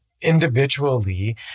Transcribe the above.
individually